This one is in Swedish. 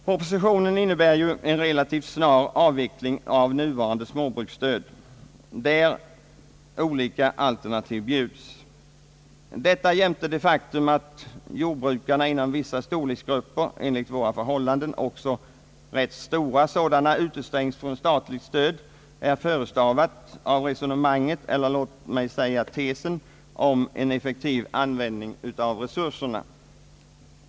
Propositionen innebär ju en relativt snar avveckling av nuvarande småbruksstöd, där olika alternativ bjuds. Detta jämte det faktum, att jordbrukarna inom vissa storleksgrupper, enligt våra förhållanden även rätt stora sådana, utestängs från statligt stöd, är förestavat av resonemang et — eller låt mig säga tesen — om en effektiv användning av resurserna.